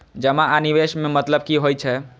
जमा आ निवेश में मतलब कि होई छै?